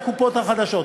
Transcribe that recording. מדובר בעצם בשרפה,